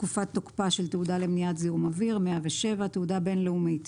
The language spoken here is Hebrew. תקופת תוקפה של תעודה למניעת זיהום אוויר תעודה בין-לאומית